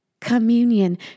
Communion